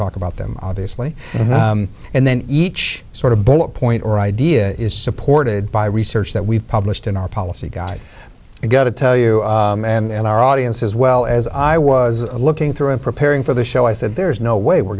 talk about them obviously and then each sort of bullet point or idea is supported by research that we've published in our policy guy and got to tell you and our audience as well as i was looking through in preparing for the show i said there's no way we